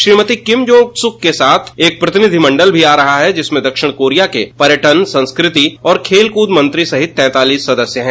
Shrimati Kim Jong Suk क साथ एक प्रतिनिधिमंडल भी आ रहा है जिसमें दक्षिण कोरिया के पर्यटन संस्कृति एवं खेलकूद मंत्री सहित तैंतालीस सदस्य है